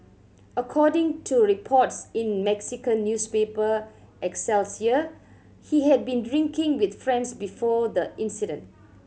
according to reports in Mexican newspaper Excelsior he had been drinking with friends before the incident